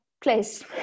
place